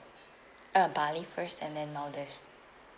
uh bali first and then maldives